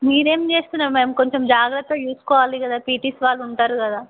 మీరేం చేస్తున్నారు మ్యామ్ కొంచెం జాగ్రత్తగా చూసుకోవాలి కదా పీటీస్ వాళ్ళు ఉంటారు కదా